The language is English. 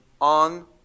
on